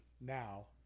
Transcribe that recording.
now